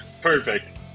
perfect